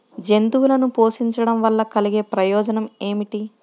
జంతువులను పోషించడం వల్ల కలిగే ప్రయోజనం ఏమిటీ?